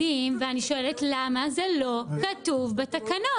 אני שואלת למה זה לא כתוב בתקנות.